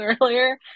earlier